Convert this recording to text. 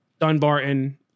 Dunbarton